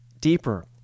deeper